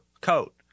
coat